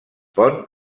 pont